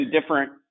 different